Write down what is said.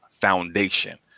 foundation